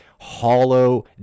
hollow